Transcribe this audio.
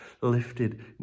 lifted